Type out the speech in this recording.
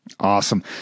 Awesome